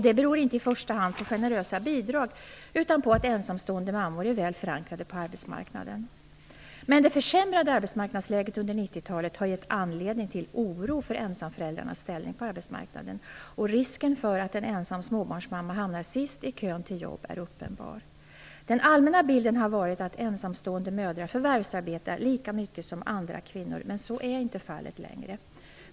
Det beror inte i första hand på generösa bidrag utan på att ensamstående mammor är väl förankrade på arbetsmarknaden. talet har gett anledning till oro för ensamföräldrarnas ställning på arbetsmarknaden. Risken för att en ensam småbarnsmamma hamnar sist i kön till jobb är uppenbar. Den allmänna bilden har varit att ensamstående mödrar förvärvsarbetar lika mycket som andra kvinnor, men så är inte fallet längre.